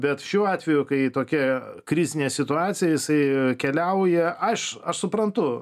bet šiuo atveju kai tokia krizinė situacija jisai keliauja aš aš suprantu